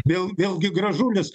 vėl vėlgi gražulis